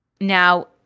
Now